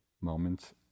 moments